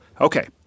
okay